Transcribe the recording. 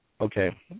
Okay